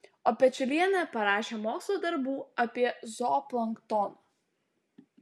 o pečiulienė parašė mokslo darbų apie zooplanktoną